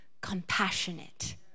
compassionate